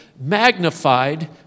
magnified